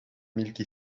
milky